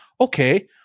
okay